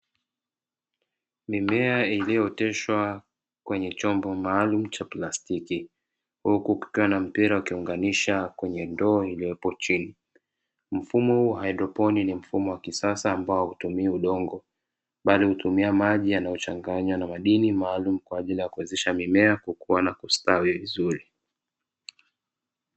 Mimea iliyooteshwa kwenye chombo maalumu cha plastiki, huku kukiwa na mpira ukiunganisha kwenye ndoo iliyopo chini, mfumo wa haidroponi ni mfumo wa kisasa ambao hautumii udongo, bali hutumia maji yanayochanganywa na madini maalumu kwa ajili ya kuwezesha mimea kukua na kustawi vizuri